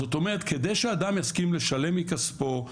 זאת אומרת כדי שאדם יסכים לשלם מכספו,